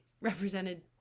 represented